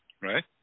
Right